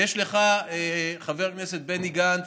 יש לך, חבר כנסת בני גנץ,